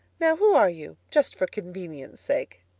now, who are you. just for convenience' sake?